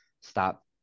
stop